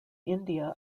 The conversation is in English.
india